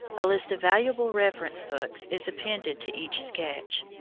a list of valuable reference books is appended to each sketch,